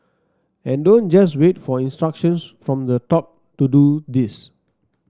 and don't just wait for instructions from the top to do this